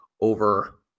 over